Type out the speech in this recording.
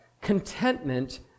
contentment